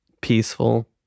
peaceful